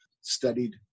studied